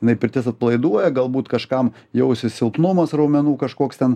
jinai pirtis atpalaiduoja galbūt kažkam jausis silpnumas raumenų kažkoks ten